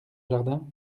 jardin